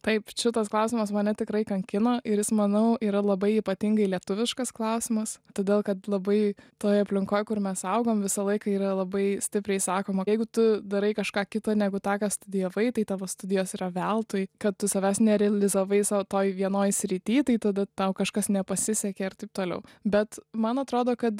taip čitas klausimas mane tikrai kankino ir jis manau yra labai ypatingai lietuviškas klausimas todėl kad labai toj aplinkoj kur mes augom visą laiką yra labai stipriai sakoma jeigu tu darai kažką kita negu tą ką studijavai tai tavo studijos yra veltui kad tu savęs nerealizavai savo toj vienoj srity tai tada tau kažkas nepasisekė ir taip toliau bet man atrodo kad